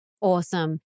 Awesome